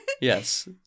Yes